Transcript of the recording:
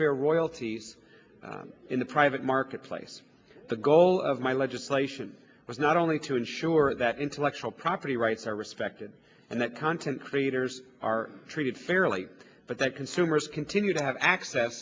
for royalties in the private marketplace the goal of my legislation was not only to ensure that intellectual property rights are respected and that content creators are treated fairly but that consumers continue to have access